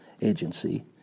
agency